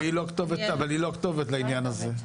אבל היא לא הכתובת לעניין הזה.